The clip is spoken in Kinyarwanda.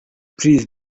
please